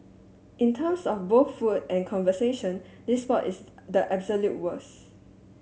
in terms of both food and conversation this spot is the absolute worst